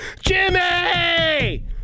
Jimmy